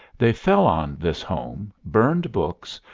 they fell on this home, burned books,